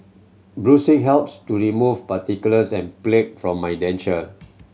brushing helps to remove particles and plaque from my denture